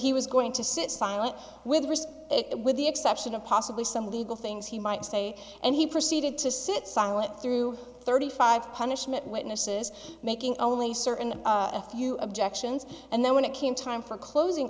he was going to sit silent with first with the exception of possibly some legal things he might say and he proceeded to sit silent through thirty five punishment witnesses making only certain a few objections and then when it came time for closing